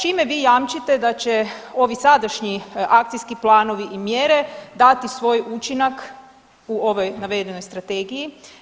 Čime vi jamčite da će ovi sadašnji akcijski planovi i mjere dati svoj učinak u ovoj navedenoj Strategiji?